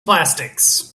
plastics